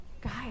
Guys